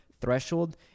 threshold